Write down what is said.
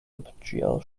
opengl